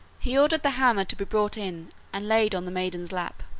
he ordered the hammer to be brought in and laid on the maiden's lap.